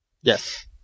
Yes